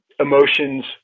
emotions